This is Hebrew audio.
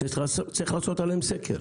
וצריך לעשות עליהם סקר.